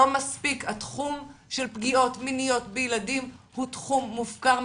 התחום של פגיעות מיניות בילדים הוא תחום מופקר.